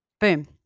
boom